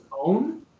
own